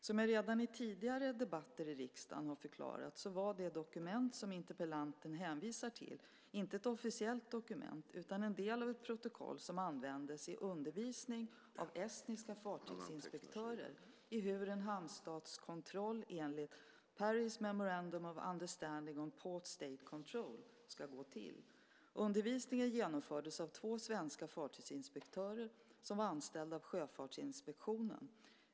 Som jag redan i tidigare debatter i riksdagen har förklarat var det dokument som interpellanten hänvisar till inte ett officiellt dokument utan en del av ett protokoll som användes i undervisning av estniska fartygsinspektörer i hur en hamnstatskontroll enligt Paris Memorandum of Understanding on Port State Control ska gå till. Undervisningen genomfördes av två svenska fartygsinspektörer som var anställda av Sjöfartinspektionen.